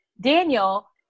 Daniel